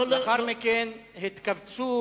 לא, לאחר מכן התקבצו